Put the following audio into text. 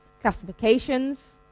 Classifications